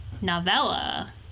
novella